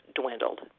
dwindled